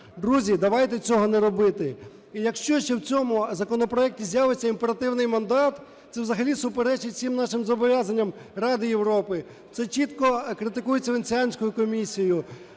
Друзі, давайте цього не робити. І якщо ще в цьому законопроекті з'явиться імперативний мандат, це взагалі суперечить всім нашим зобов'язанням Ради Європи, це чітко критикується Венеціанською комісією.